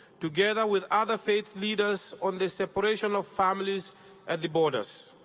together with other faith leaders, on the separation of families at the borders.